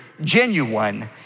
genuine